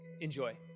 Enjoy